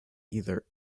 either